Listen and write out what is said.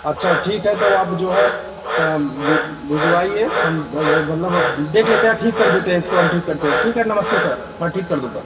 अच्छा ठीक है तो आप जो है भिजवाइए हम मतलब देख लेते हैं ठीक कर देते हैं इसको हम ठीक करते हैं ठीक है नमस्ते सर मैं ठीक कर दूँगा